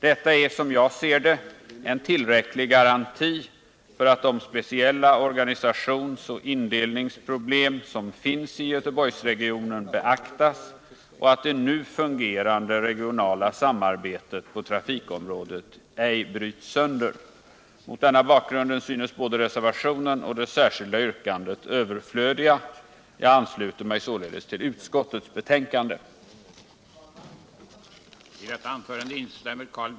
Detta är, som jag ser det, en tillräcklig garanti för att de speciella organisationsoch indelningsproblem som finns i Göteborgsregionen beaktas och att det nu fungerande regionala samarbetet på trafikområdet ej bryts sönder. Mot denna bakgrund synes både reservationen och det särskilda yrkandet överflödiga. Jag ansluter mig således till utskottets betänkande.